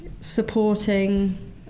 supporting